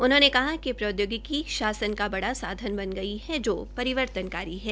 उन्होंने कहा कि प्रौद्योगिकी शासन का बड़ा साधन बन गई है जो परिवर्तनकारी है